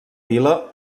vila